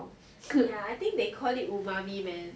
ya I think they call it umami man